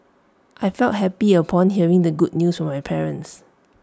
I felt happy upon hearing the good news from my parents